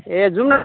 ए जाऔँ न